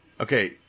Okay